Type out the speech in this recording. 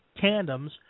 tandems